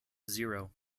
zero